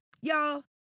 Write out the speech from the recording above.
Y'all